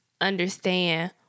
understand